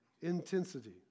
intensity